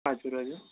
हजुर हजुर